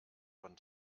von